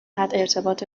عملکرد